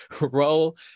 role